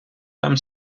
там